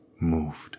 moved